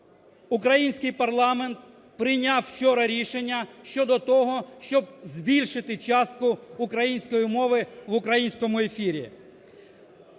український парламент прийняв вчора рішення щодо того, щоб збільшити частку української мови в українському ефірі.